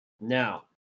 Now